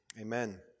Amen